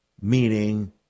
meaning